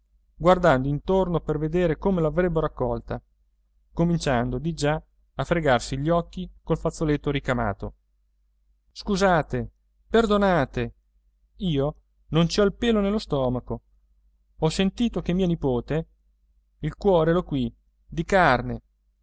guardando intorno per vedere come l'avrebbero accolta cominciando diggià a fregarsi gli occhi col fazzoletto ricamato scusate perdonate io non ci ho il pelo nello stomaco ho sentito che mia nipote il cuore l'ho qui di carne